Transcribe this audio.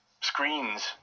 screens